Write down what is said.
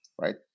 right